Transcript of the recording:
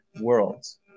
worlds